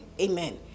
Amen